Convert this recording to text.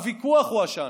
הוויכוח הוא עשן.